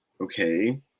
okay